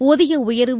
ஊதிய உயர்வு